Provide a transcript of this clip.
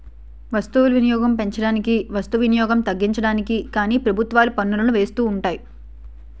వస్తువులు వినియోగం పెంచడానికి వస్తు వినియోగం తగ్గించడానికి కానీ ప్రభుత్వాలు పన్నులను వేస్తుంటాయి